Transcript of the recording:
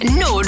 no